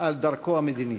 על דרכו המדינית.